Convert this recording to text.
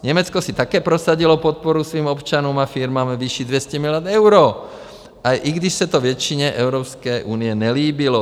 Německo si také prosadilo podporu svým občanům a firmám ve výši 200 miliard eur, i když se to většině Evropské unie nelíbilo.